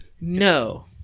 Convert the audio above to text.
No